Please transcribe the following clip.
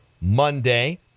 Monday